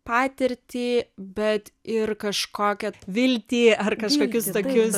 patirtį bet ir kažkokią viltį ar kažkokius tokius